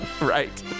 right